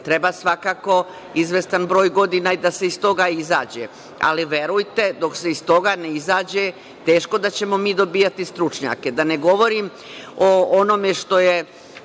treba svakako izvestan broj godina i da iz toga izađe, ali verujte, dok se iz toga ne izađe teško da ćemo mi dobijati stručnjake. Da ne govorim o onome što je